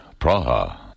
Praha